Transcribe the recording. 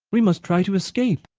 we must try to escape.